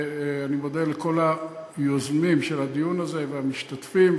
ואני מודה לכל היוזמים של הדיון הזה והמשתתפים,